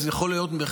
אז יכול להיות,